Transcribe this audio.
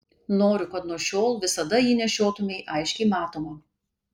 noriu kad nuo šiol visada jį nešiotumei aiškiai matomą